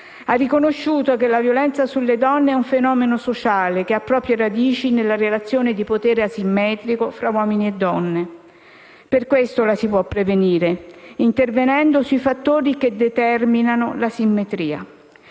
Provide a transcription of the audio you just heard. Ha riconosciuto che la violenza sulle donne è un fenomeno sociale che ha le proprie radici nella relazione di potere asimmetrica fra uomini e donne. Per questo la si può prevenire, intervenendo sui fattori che determinano l'asimmetria.